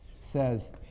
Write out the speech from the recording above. says